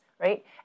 Right